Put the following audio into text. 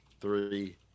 three